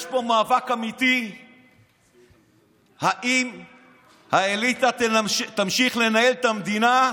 יש פה מאבק אמיתי אם האליטה תמשיך לנהל את המדינה,